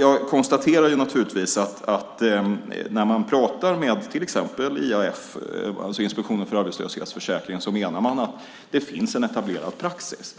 Jag konstaterar när jag pratar med till exempel IAF, Inspektionen för arbetslöshetsförsäkringen, att man menar att det finns en etablerad praxis.